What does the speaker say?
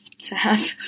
Sad